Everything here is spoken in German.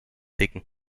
dicken